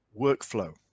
workflow